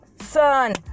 son